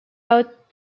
out